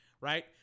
Right